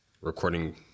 recording